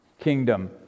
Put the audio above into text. kingdom